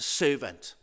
servant